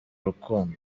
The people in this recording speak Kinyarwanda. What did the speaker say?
urukundo